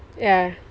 ya